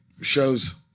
shows